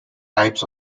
types